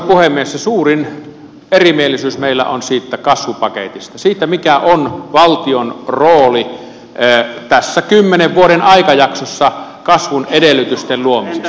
se suurin erimielisyys meillä on siitä kasvupaketista siitä mikä on valtion rooli tässä kymmenen vuoden aikajaksossa kasvun edellytysten luomisessa